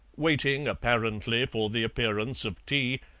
waiting apparently for the appearance of tea,